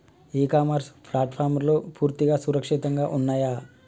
ఇ commerce ప్లాట్ఫారమ్లు పూర్తిగా సురక్షితంగా ఉన్నయా?